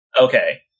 Okay